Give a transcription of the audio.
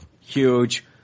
huge